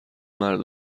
مرد